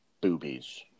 Boobies